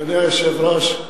אדוני היושב-ראש,